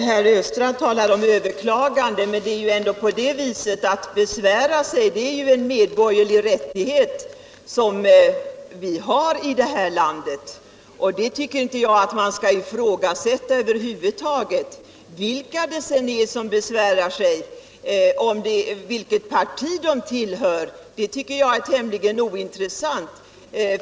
Herr talman! Herr Östrand talar om överklagande. Det är ändå en medborgerlig rättighet som vi har i det här landet att besvära sig. Jag tycker inte att man skall ifrågasätta den rätten över huvud taget. Vilka som besvärar sig och vilket parti de tillhör tycker jag är tämligen ointressant.